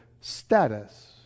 status